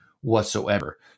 whatsoever